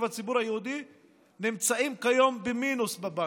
הציבור היהודי נמצאים כיום במינוס בבנק,